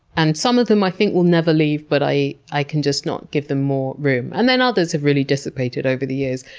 and some of them i think will never leave, but i i can just not give them more room. and others have really dissipated over the years.